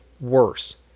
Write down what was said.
worse